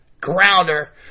grounder